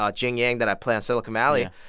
ah jian yang, that i play on silicon valley. yeah